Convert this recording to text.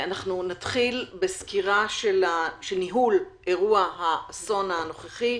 נתחיל בסקירה של ניהול אירוע האסון הנוכחי,